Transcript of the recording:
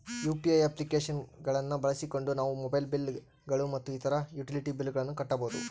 UPI application ಗಳನ್ನ ಬಳಸಿಕೊಂಡು ನಾವು ಮೊಬೈಲ್ ಬಿಲ್ ಗಳು ಮತ್ತು ಇತರ ಯುಟಿಲಿಟಿ ಬಿಲ್ ಗಳನ್ನ ಕಟ್ಟಬಹುದು